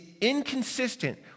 inconsistent